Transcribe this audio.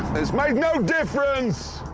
it's made no difference.